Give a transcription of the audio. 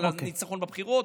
על הניצחון בבחירות.